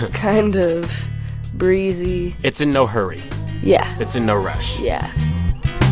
kind of breezy. it's in no hurry yeah it's in no rush yeah.